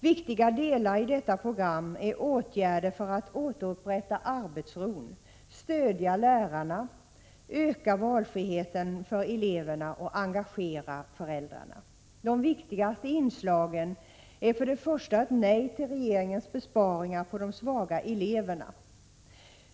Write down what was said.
Viktiga delar i detta program är åtgärder för att återupprätta arbetsron, stödja lärarna, öka valfriheten för eleverna och engagera föräldrarna. De viktigaste inslagen är för det första ett nej till regeringens besparingar på de svaga eleverna.